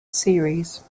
series